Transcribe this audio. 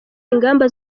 ingamba